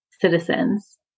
citizens